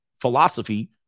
philosophy